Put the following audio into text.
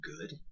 good